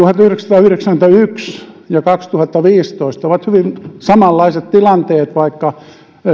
vuosina tuhatyhdeksänsataayhdeksänkymmentäyksi ja kaksituhattaviisitoista oli hyvin samanlaiset tilanteet vaikka